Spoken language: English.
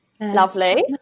lovely